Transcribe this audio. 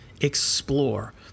explore